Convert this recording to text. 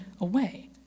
away